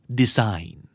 design